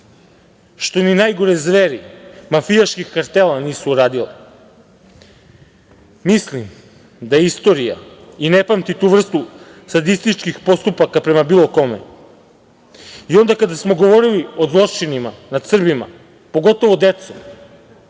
što ni najgore zveri mafijaških kartela nisu uradili. Mislim da istorija i ne pamti tu vrstu sadističkih postupaka prema bilo kome. Onda kada smo govorili o zločinima nad Srbima, pogotovo decom,